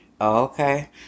Okay